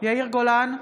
יאיר גולן,